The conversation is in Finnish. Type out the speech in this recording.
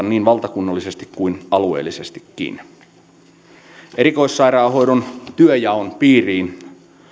niin valtakunnallisesti kuin alueellisestikin erikoissairaanhoidon työnjaon piiriin